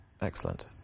excellent